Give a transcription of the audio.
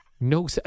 No